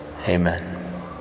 Amen